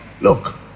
Look